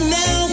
now